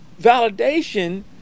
validation